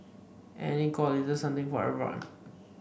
and it's got a little something for everyone